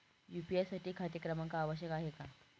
UPI साठी खाते क्रमांक आवश्यक आहे का?